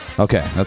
okay